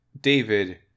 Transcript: David